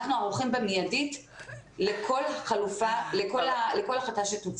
אנחנו ערוכים במידית לכל החלטה שתוצג.